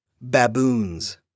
Baboons